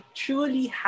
truly